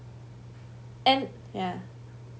and ya